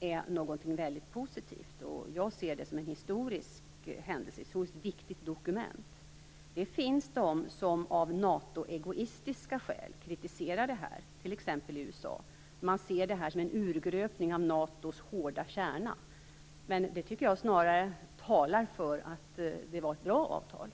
är väldigt positivt. Jag ser det som en historisk händelse och som ett viktigt dokument. Det finns de som av NATO-egoistiska skäl kritiserar det här, t.ex. USA. De ser detta som en urgröpning av NATO:s hårda kärna. Men jag tycker att det snarare talar för att det var ett bra avtal.